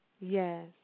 Yes